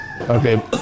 Okay